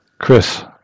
Chris